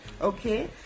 okay